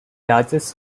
largest